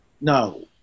no